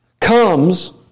comes